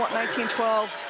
nineteen twelve,